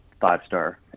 five-star